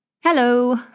hello